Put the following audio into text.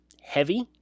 heavy